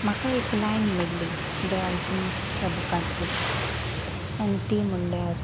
म्हाका एक लायन मेळ्ळी द आल्कॅमिस्ट ह्या बुकांतली आनी ती म्हणल्यार